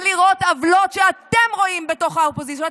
זה לראות עוולות שאתם רואים בתוך האופוזיציה,